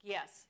Yes